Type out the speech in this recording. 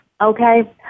okay